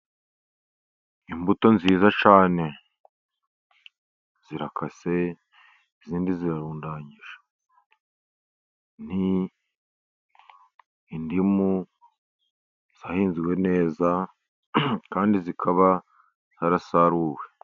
Imbuto nziza cyane, zirakase izindi zirarundanyije. Indimu zahinzwe neza kandi zikaba zarasaruwe.